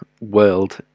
world